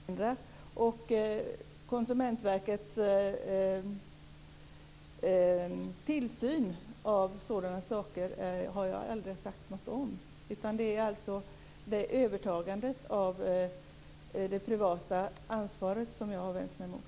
Fru talman! Det kom lite plötsligt, sade flickan. Mot det som lästes upp har jag inget att erinra. Och Konsumentverkets tillsyn av sådana saker har jag aldrig sagt något om. Det är alltså övertagandet av det privata ansvaret som jag har vänt mig mot.